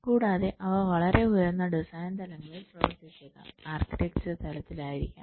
കൂടാതെ അവ വളരെ ഉയർന്ന ഡിസൈൻ തലങ്ങളിൽ പ്രവർത്തിച്ചേക്കാം ആർക്കിടെക്ചർ തലത്തിലായിരിക്കാം